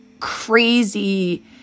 crazy